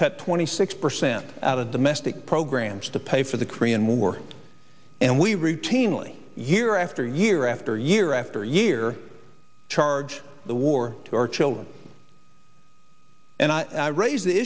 cut twenty six percent out of domestic programs to pay for the korean war and we routinely year after year after year after year charge the war our children and i raise the